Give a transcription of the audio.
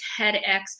TEDx